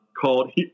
called